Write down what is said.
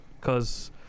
cause